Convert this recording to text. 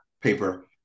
paper